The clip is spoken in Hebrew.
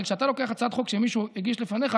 הרי כשאתה לוקח הצעת חוק שמישהו הגיש לפניך,